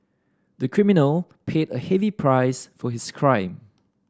the criminal paid a heavy price for his crime